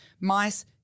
mice